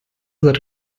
that